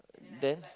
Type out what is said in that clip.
then